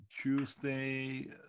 Tuesday